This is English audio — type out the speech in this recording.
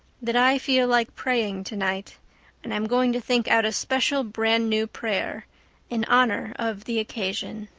that i feel like praying tonight and i'm going to think out a special brand-new prayer in honor of the occasion.